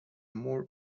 more